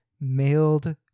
mailed